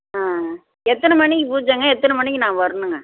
ஆ எத்தனை மணிக்கு பூஜைங்க எத்தனை மணிக்கு நான் வரணுங்க